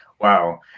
Wow